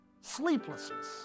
sleeplessness